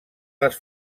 les